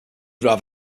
would